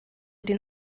den